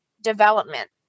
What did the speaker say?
development